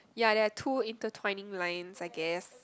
ya there are two intertwining lines I guess